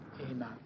amen